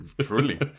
Truly